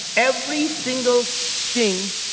every single thing,